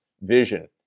vision